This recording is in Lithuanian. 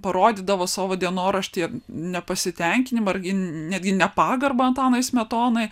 parodydavo savo dienoraštyje nepasitenkinimą ar netgi nepagarbą antanui smetonai